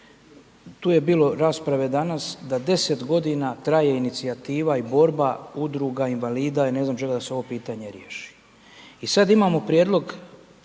tu je bilo rasprave danas da 10 godina traje inicijativa i borba udruga invalida i ne znam čega da se ovo pitanje riješi. I sad imamo prijedlog